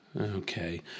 okay